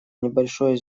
небольшое